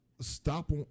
Stop